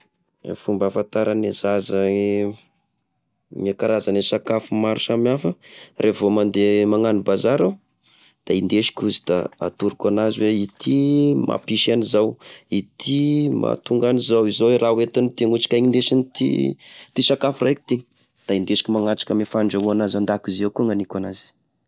E fomba afantarane zaza e karazany e sakafo maro samy hafa: rehefa mandeha magnano bazara aho: da indesiko izy da atoroko anazy hoe: ity mampisy an'izao, ity mahatonga an'izao, izao e raha hoetin'ity gne otrikaina indesin'ity, ity sakafo raiky ity! Da indesoko mahatriky ame fandrahoana azy andakozy koa gny agniko anazy.